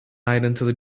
ayrıntılı